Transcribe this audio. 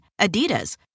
Adidas